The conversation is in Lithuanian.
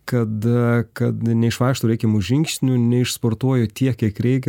kad kad neišvaikštau reikiamų žingsnių neišsportuoju tiek kiek reikia